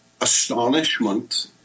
astonishment